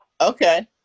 Okay